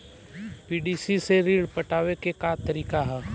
PDC से ऋण पटावे के का तरीका ह?